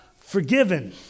forgiven